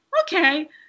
Okay